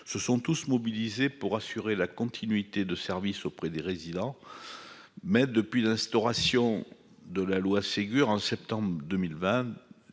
se sont tous mobilisés pour assurer la continuité de service auprès des résidents. Mais depuis l'instauration de la loi Ségur en septembre 2020.